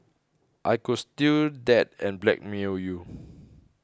I could steal that and blackmail you